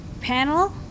panel